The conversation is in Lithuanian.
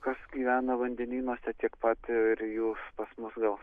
kas gyvena vandenynuose tiek pat ir jūs pas mus gal